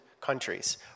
countries